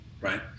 right